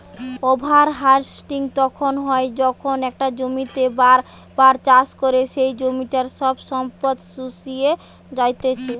over harvesting তখন হয় যখন একটা জমিতেই বার বার চাষ করে সেই জমিটার সব সম্পদ শুষিয়ে জাত্ছে